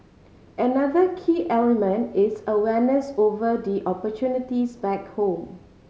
another key element is awareness over the opportunities back home